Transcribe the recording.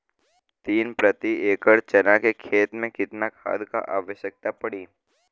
तीन प्रति एकड़ चना के खेत मे कितना खाद क आवश्यकता पड़ी?